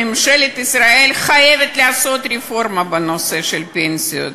ממשלת ישראל חייבת לעשות רפורמה בנושא של הפנסיות.